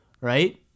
right